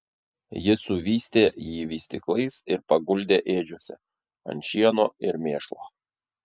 ji suvystė jį vystyklais ir paguldė ėdžiose ant šieno ir mėšlo